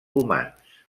humans